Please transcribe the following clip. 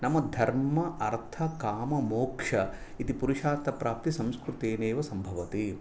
नाम धर्माथकाममोक्ष इति पुरुषार्थप्राप्तिः संस्कृतेन् एव सम्भवति